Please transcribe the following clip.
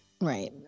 Right